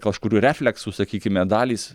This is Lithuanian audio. kažkurių refleksų sakykime dalys